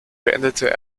beendete